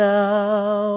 now